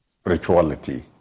spirituality